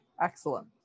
Excellent